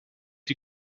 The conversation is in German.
die